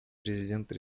президента